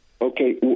Okay